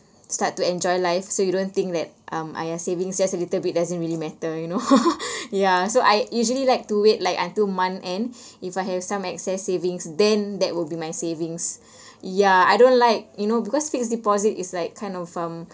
start to enjoy life so you don't think that um !aiya! savings just a little bit doesn't really matter you know yeah so I usually like to wait like until month end if I have some excess savings then that will be my savings ya I don't like you know because fixed deposit is like kind of um